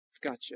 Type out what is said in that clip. Gotcha